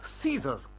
Caesar's